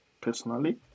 personally